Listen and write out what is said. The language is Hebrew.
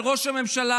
אל ראש הממשלה,